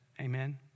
Amen